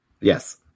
Yes